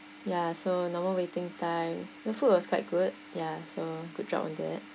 ya so normal waiting time the food was quite good ya so good job on that